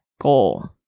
goal